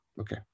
Okay